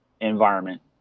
environment